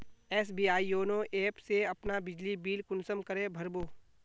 SBI YONO app से अपना बिजली बिल कुंसम करे भर बो?